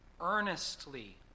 earnestly